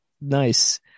Nice